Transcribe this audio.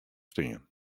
stean